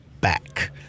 back